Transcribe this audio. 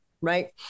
right